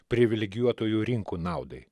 privilegijuotųjų rinkų naudai